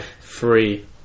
Free